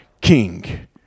King